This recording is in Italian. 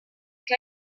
che